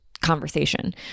conversation